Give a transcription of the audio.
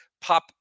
pop